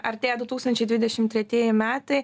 artėja du tūkstančiai dvidešim tretieji metai